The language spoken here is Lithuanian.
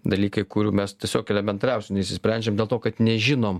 dalykai kurių mes tiesiog elementariausių neišsprendžiam dėl to kad nežinom